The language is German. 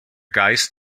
geist